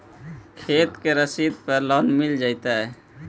खेत के रसिद पर का लोन मिल जइतै?